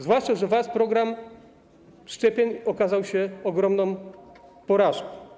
Zwłaszcza że wasz program szczepień okazał się ogromną porażką.